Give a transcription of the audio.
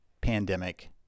pandemic